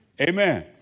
Amen